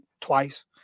twice